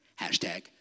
Hashtag